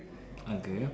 okay